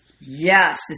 Yes